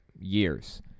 years